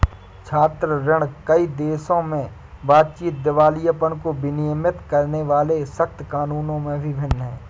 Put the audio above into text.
छात्र ऋण, कई देशों में बातचीत, दिवालियापन को विनियमित करने वाले सख्त कानूनों में भी भिन्न है